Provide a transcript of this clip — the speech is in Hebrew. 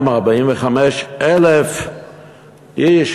ל-245,000 איש,